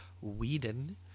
Whedon